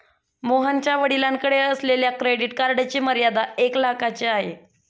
मोहनच्या वडिलांकडे असलेल्या क्रेडिट कार्डची मर्यादा एक लाखाची आहे